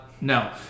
no